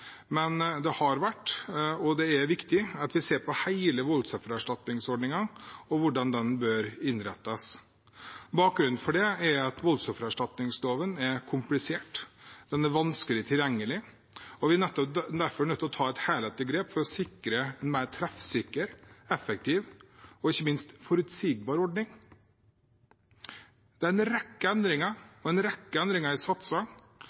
men det har vært og er viktig at vi ser på hele voldsoffererstatningsordningen og hvordan den bør innrettes. Bakgrunnen for det er at voldsoffererstatningsloven er komplisert. Den er vanskelig tilgjengelig, og vi er nettopp derfor nødt til å ta et helhetlig grep for å sikre en mer treffsikker, effektiv og ikke minst forutsigbar ordning. Det er en rekke endringer og en rekke endringer i